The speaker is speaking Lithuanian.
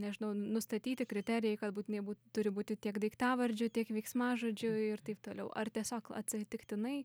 nežinau nustatyti kriterijai kad būtinai turi būti tiek daiktavardžių tiek veiksmažodžių ir taip toliau ar tiesiog atsitiktinai